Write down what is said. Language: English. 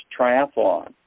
triathlon